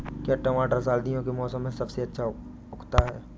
क्या टमाटर सर्दियों के मौसम में सबसे अच्छा उगता है?